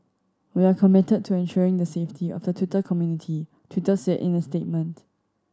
we are committed to ensuring the safety of the Twitter community Twitter said in a statement